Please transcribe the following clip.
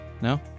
No